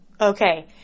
Okay